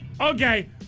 Okay